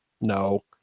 No